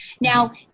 now